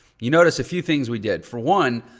you notice a few things we did. for one,